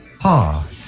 Ha